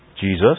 Jesus